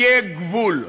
יהיה גבול.